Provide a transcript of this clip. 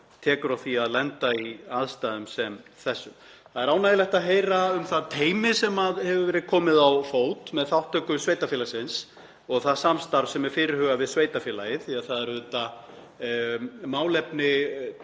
tekur á því að lenda í aðstæðum sem þessum. Það er ánægjulegt að heyra um það teymi sem hefur verið komið á fót með þátttöku sveitarfélagsins og um það samstarf sem er fyrirhugað við sveitarfélagið, því að málefni